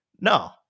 No